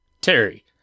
Terry